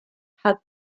had